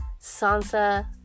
Sansa